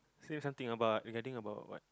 say something about getting about what